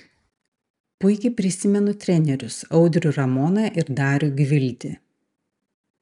puikiai prisimenu trenerius audrių ramoną ir darių gvildį